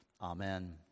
Amen